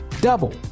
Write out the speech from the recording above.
double